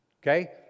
okay